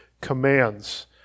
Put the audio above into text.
commands